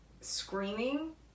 Screaming